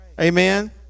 amen